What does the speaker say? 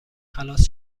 خلاص